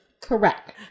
correct